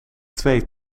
twee